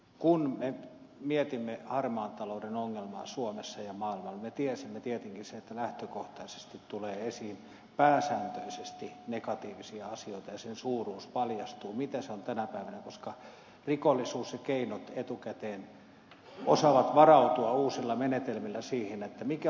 kun me mietimme harmaan talouden ongelmaa suomessa ja maailmalla me tiesimme tietenkin sen että lähtökohtaisesti tulee esiin pääsääntöisesti negatiivisia asioita ja asian suuruus paljastuu mitä se on tänä päivänä koska rikollisilla on keinot ja ne etukäteen osaavat varautua uusilla menetelmillä siihen mikä on sen yhteiskunnallinen vaikuttavuus